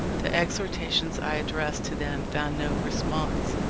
the exhortations i addressed to them found no response.